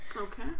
Okay